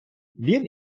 він